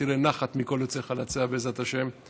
שתראה נחת מכל יוצאי חלציה, בעזרת השם.